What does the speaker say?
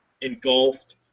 engulfed